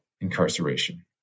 incarceration